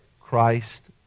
Christ